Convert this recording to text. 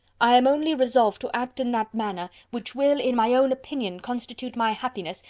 i am only resolved to act in that manner, which will, in my own opinion, constitute my happiness,